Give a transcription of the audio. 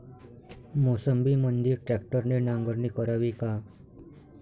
मोसंबीमंदी ट्रॅक्टरने नांगरणी करावी का?